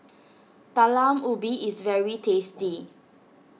Talam Ubi is very tasty